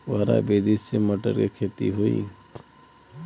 फुहरा विधि से मटर के खेती होई